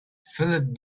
filled